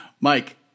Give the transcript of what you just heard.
Mike